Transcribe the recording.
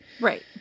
right